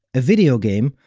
a video game,